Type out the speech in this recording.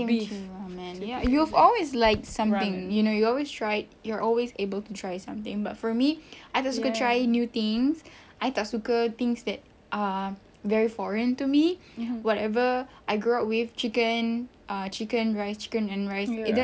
kimchi ramen ya you've always like something you know you always try you're always able to try something but for me I tak suka try new things I tak suka things that uh very foreign to me whatever I grow up with chicken uh chicken rice chicken and rice that's